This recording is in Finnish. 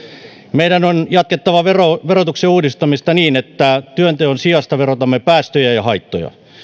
meidän on jatkettava verotuksen uudistamista niin että työnteon sijasta verotamme päästöjä ja haittoja